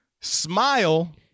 smile